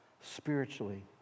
spiritually